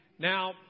Now